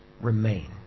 remain